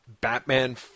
Batman